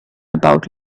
about